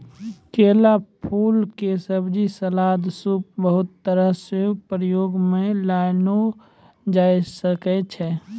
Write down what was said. केला फूल के सब्जी, सलाद, सूप बहुत तरह सॅ प्रयोग मॅ लानलो जाय ल सकै छो